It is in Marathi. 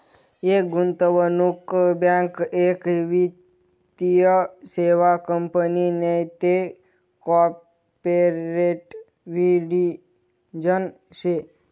एक गुंतवणूक बँक एक वित्तीय सेवा कंपनी नैते कॉर्पोरेट डिव्हिजन शे